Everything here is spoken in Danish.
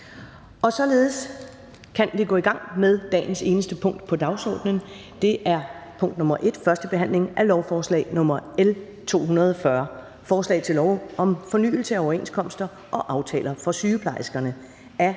Og således kan vi gå i gang med dagens eneste punkt på dagsordenen. --- Det eneste punkt på dagsordenen er: 1) 1. behandling af lovforslag nr. L 240: Forslag til lov om fornyelse af overenskomster og aftaler for sygeplejersker. Af